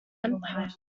empire